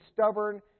stubborn